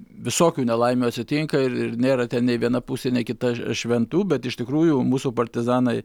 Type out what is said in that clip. visokių nelaimių atsitinka ir ir nėra ten nei viena pusė nei kita šventų bet iš tikrųjų mūsų partizanai